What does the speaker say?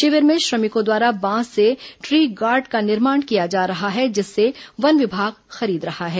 शिविर में श्रमिकों द्वारा बांस से ट्री गार्ड का निर्माण किया जा रहा है जिसे वन विभाग खरीद रहा है